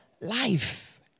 Life